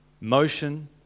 motion